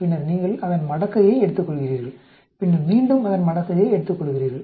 பின்னர் நீங்கள் அதன் மடக்கையை எடுத்துக்கொள்கிறீர்கள் பின்னர் மீண்டும் அதன் மடக்கையை எடுத்துக்கொள்கிறீர்கள்